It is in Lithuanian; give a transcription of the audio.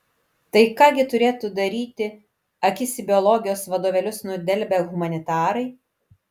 tai ką gi turėtų daryti akis į biologijos vadovėlius nudelbę humanitarai